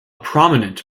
prominent